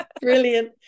Brilliant